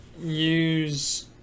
use